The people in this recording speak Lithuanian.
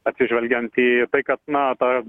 atsižvelgiant į tai kad na ta